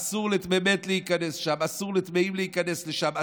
אסור לטמא-מת להיכנס שם, אסור לטמאים להיכנס לשם.